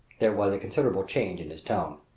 there was a considerable change in his tone.